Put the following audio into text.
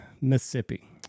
Mississippi